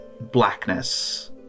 blackness